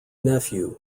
nephew